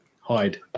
hide